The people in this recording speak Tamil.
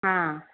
ஆ